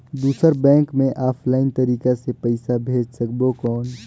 दुसर बैंक मे ऑफलाइन तरीका से पइसा भेज सकबो कौन?